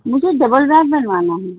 مجھے double bed بنوانا ہے